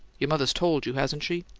your mother's told you, hasn't she?